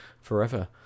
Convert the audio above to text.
forever